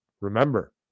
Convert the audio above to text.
remember